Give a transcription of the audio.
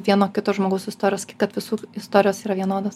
vieno kito žmogaus istorijos kad visų istorijos yra vienodos